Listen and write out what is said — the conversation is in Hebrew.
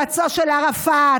יועצו של ערפאת,